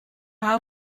how